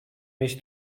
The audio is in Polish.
mieć